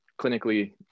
clinically